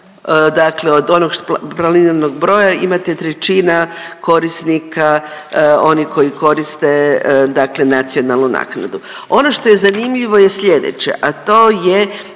dakle, od onog planiranog broja imate trećina korisnika onih koji koriste dakle nacionalnu naknadu. Ono što je zanimljivo je sljedeće, a to je